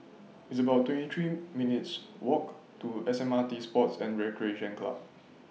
It's about twenty three minutes' Walk to S M R T Sports and Recreation Club